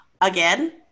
again